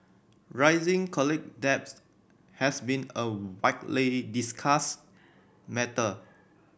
rising college debt has been a widely discussed matter